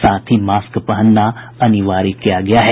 साथ ही मास्क पहनना अनिवार्य किया गया है